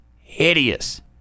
hideous